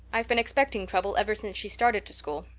i've been expecting trouble ever since she started to school.